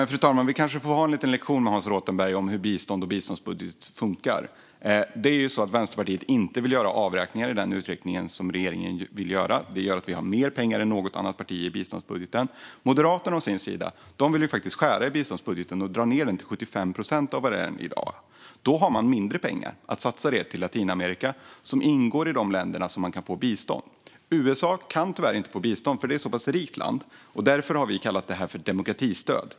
Fru talman! Vi kanske får ha en liten lektion med Hans Rothenberg om hur bistånd och biståndsbudget funkar. Det är ju så att Vänsterpartiet inte vill göra avräkningar i den utsträckning som regeringen vill göra. Det gör att vi har mer pengar i biståndsbudgeten än något annat parti. Moderaterna å sin sida vill faktiskt skära i biståndsbudgeten och dra ned den till 75 procent av vad den är i dag. Då har man mindre pengar att satsa till Latinamerika, som ingår i de länder som kan få bistånd. USA kan tyvärr inte få bistånd, för det är ett så pass rikt land. Därför har vi kallat det här för demokratistöd.